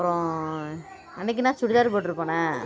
அப்புறம் அன்றைக்கி நான் சுடிதார் போட்டுகிட்டு போனேன்